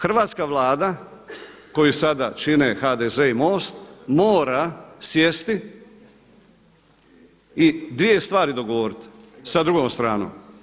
Hrvatska Vlada koju sada čine HDZ i MOST mora sjesti i dvije stvari dogovoriti sa drugom stranom.